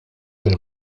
bil